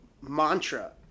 mantra